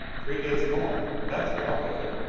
three days more that's what i'll give it.